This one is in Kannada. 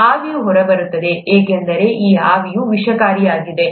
ಆವಿಯು ಹೊರಬರುತ್ತದೆ ಏಕೆಂದರೆ ಈ ಆವಿಯು ವಿಷಕಾರಿಯಾಗಿದೆ